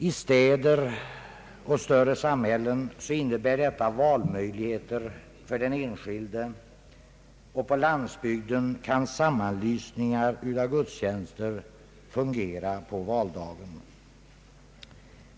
I städer och större samhällen innebär detta valmöjligheter för den enskilde, och på landsbygden kan sammanlysningar av gudstjänster fungera på valdagen.